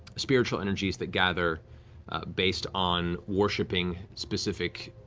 spiritual energies, that gather based on worshipping specific